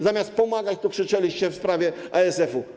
Zamiast pomagać, to krzyczeliście w sprawie ASF-u.